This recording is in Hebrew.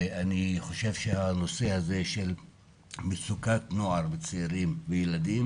אני חושב שהנושא הזה של מצוקת נוער וצעירים וילדים,